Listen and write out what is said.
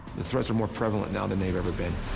the threats are more prevalent now than they've ever been.